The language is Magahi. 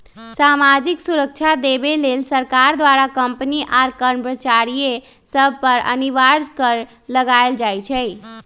सामाजिक सुरक्षा देबऐ लेल सरकार द्वारा कंपनी आ कर्मचारिय सभ पर अनिवार्ज कर लगायल जाइ छइ